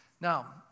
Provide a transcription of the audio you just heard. Now